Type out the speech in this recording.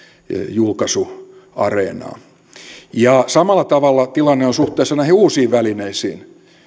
julkaisuareenaa samalla tavalla tilanne on suhteessa näihin uusiin välineisiin